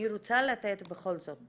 לתת בכל זאת